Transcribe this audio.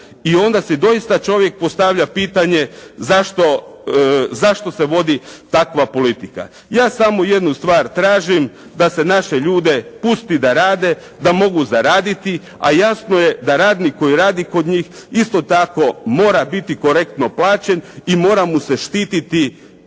I onda si doista čovjek postavlja pitanje zašto se vodi takva politika. Ja samo jednu stvar tražim, da se naše ljude pusti da rade da mogu zaraditi, a jasno je da radnik koji radi kod njih isto tako mora biti korektno plaćen i mora mu se štititi